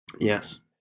Yes